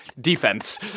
defense